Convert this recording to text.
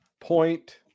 point